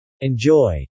Enjoy